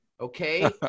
Okay